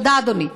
תודה, אדוני.